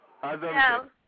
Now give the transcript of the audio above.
Hello